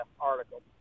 article